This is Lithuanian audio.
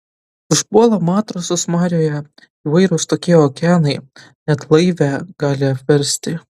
užpuola matrosus marioje įvairūs tokie okeanai net laivę gali apversti